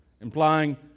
implying